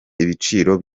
ibiciro